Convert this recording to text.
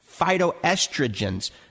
phytoestrogens